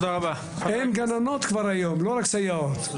אין גננות כבר היום, לא רק סייעות.